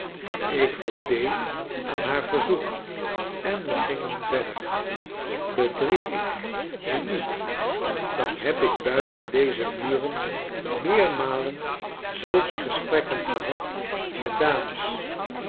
ik voldeed aan haar verzoek en we gingen verder bedrieg ik me niet dan heb ikbuitendeze muren meermaien zulke gesprekken gehad met dames